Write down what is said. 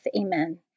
Amen